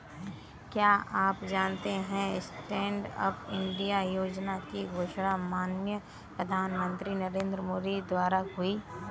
क्या आप जानते है स्टैंडअप इंडिया योजना की घोषणा माननीय प्रधानमंत्री नरेंद्र मोदी द्वारा हुई?